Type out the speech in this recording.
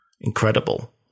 incredible